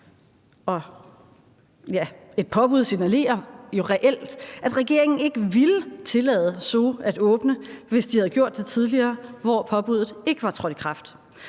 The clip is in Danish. et påbud signalerer jo reelt, at regeringen ikke ville tillade Zoo at åbne, hvis de havde gjort det tidligere, hvor påbuddet ikke var trådt i kraft.